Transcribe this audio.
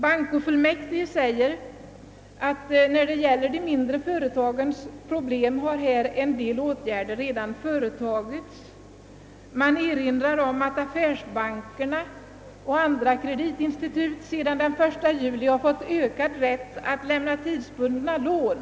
Bankofullmäktige framhåller emellertid, att en del åtgärder redan vidtagits när det gäller de mindre företagen: »Det må bl.a. erinras om, att affärsbankerna m.fl. kreditinstitut sedan den 1 juli 1965 har fått ökad rätt att lämna tidsbundna lån».